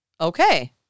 Okay